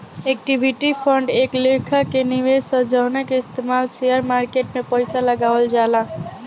equity fund एक लेखा के निवेश ह जवना के इस्तमाल शेयर मार्केट में पइसा लगावल जाला